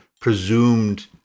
presumed